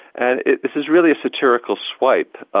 and this is really a satirical swipe.